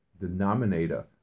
denominator